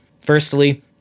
Firstly